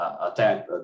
attack